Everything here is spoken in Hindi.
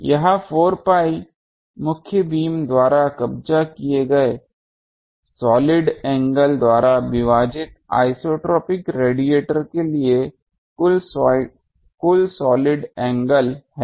यह 4 pi मुख्य बीम द्वारा कब्जा किए गए सॉलिड एंगल द्वारा विभाजित आइसोट्रोपिक रेडिएटर के लिए कुल सॉलिड एंगल है